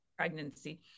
pregnancy